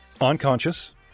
unconscious